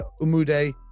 Umude